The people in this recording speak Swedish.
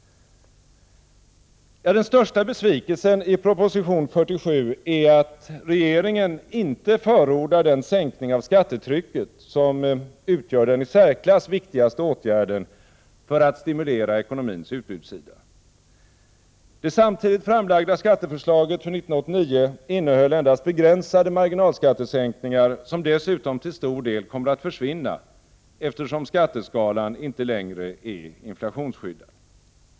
Den största besvikelsen i proposition 47 är att regeringen inte förordar den sänkning av skattetrycket som utgör den i särklass viktigaste åtgärden för att stimulera ekonomins utbudssida. Det samtidigt framlagda skatteförslaget för 1989 innehöll endast begränsade marginalskattesänkningar, som dessutom till stor del kommer att försvinna, eftersom skatteskalan inte längre är inflationsskyddad.